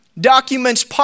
documents